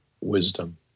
wisdom